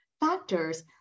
factors